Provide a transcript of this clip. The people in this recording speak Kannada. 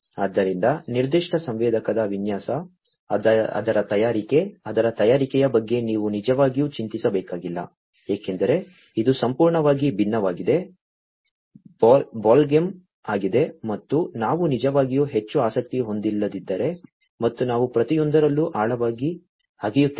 ಆದ್ದರಿಂದ ನಿರ್ದಿಷ್ಟ ಸಂವೇದಕದ ವಿನ್ಯಾಸ ಅದರ ತಯಾರಿಕೆ ಅದರ ತಯಾರಿಕೆಯ ಬಗ್ಗೆ ನೀವು ನಿಜವಾಗಿಯೂ ಚಿಂತಿಸಬೇಕಾಗಿಲ್ಲ ಏಕೆಂದರೆ ಇದು ಸಂಪೂರ್ಣವಾಗಿ ವಿಭಿನ್ನವಾದ ಬಾಲ್ಗೇಮ್ ಆಗಿದೆ ಮತ್ತು ನಾವು ನಿಜವಾಗಿಯೂ ಹೆಚ್ಚು ಆಸಕ್ತಿ ಹೊಂದಿಲ್ಲದಿದ್ದರೆ ಮತ್ತು ನಾವು ಪ್ರತಿಯೊಂದರಲ್ಲೂ ಆಳವಾಗಿ ಅಗೆಯುತ್ತೇವೆ